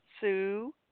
Sue